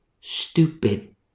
stupid